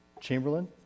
Chamberlain